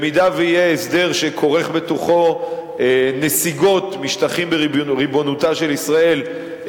אם יהיה הסדר שכורך בתוכו נסיגות משטחים בריבונותה של ישראל,